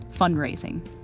fundraising